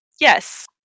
Yes